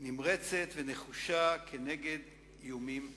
נמרצת ונחושה כנגד איומים אלה.